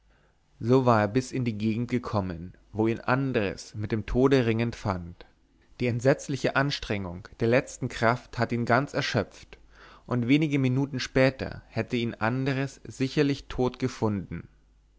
so war er bis in die gegend gekommen wo ihn andres mit dem tode ringend fand die entsetzliche anstrengung der letzten kraft hatte ihn ganz erschöpft und wenige minuten später hätte ihn andres sicherlich tot gefunden